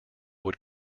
would